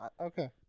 Okay